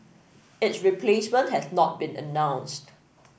its replacement has not been announced